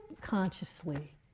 consciously